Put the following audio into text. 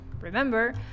Remember